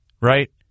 Right